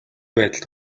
байдалд